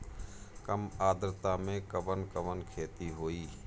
कम आद्रता में कवन कवन खेती होई?